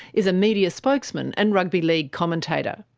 is a media spokesman and rugby league commentator.